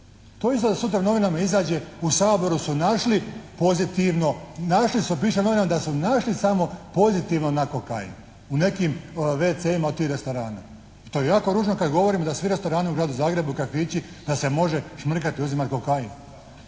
To izgleda da sutra u novinama izađe, u Saboru su našli pozitivno, našli su, piše u novinama da su našli samo pozitivno na kokain u nekim WC-ima od tih restorana. To je jako ružno kada govorimo da svi restorani u gradu Zagrebu, kafići da se može šmrkati i uzimati kokain.